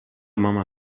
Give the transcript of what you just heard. mama